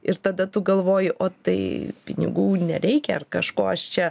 ir tada tu galvoji o tai pinigų nereikia ar kažko aš čia